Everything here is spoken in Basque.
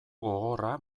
gogorra